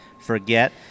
forget